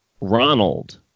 Ronald